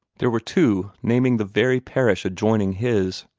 there were two naming the very parish adjoining his.